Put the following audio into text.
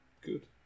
good